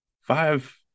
five